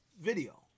video